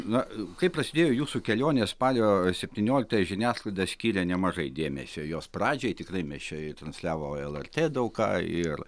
na kaip prasidėjo jūsų kelionė spalio septynioliktąją žiniasklaida skyrė nemažai dėmesio jos pradžiai tikrai mes čia ir transliavo lrt daug ką ir